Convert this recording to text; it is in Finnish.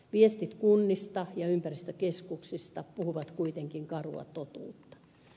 viestit kunnista ja ympäristökeskuksista puhuvat kuitenkin karua totuutta